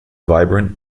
vibrant